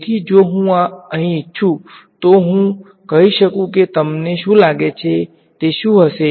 તેથી જો હું આ અહીં ઇચ્છું છું તો હું કહી શકું છું કે તમને શું લાગે છે કે તે શુ હશે